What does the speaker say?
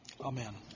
amen